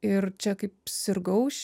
ir čia kaip sirgau